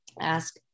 ask